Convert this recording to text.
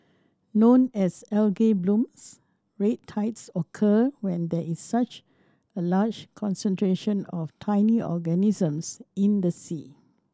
known as algae blooms red tides occur when there is such a large concentration of tiny organisms in the sea